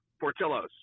Portillo's